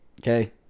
okay